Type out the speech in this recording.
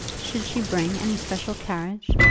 should she bring any special carriage?